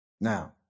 Now